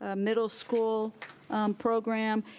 ah middle school program,